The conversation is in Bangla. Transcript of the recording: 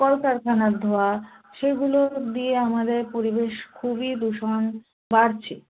কলকারখানার ধোয়া সেগুলো দিয়ে আমাদের পরিবেশ খুবই দূষণ বাড়ছে